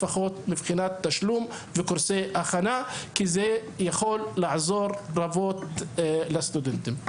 לפחות מבחינת תשלום וקורסי הכנה כי זה יכול לעזור רבות לסטודנטים.